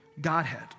Godhead